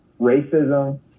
racism